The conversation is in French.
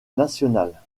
nationale